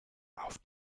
auf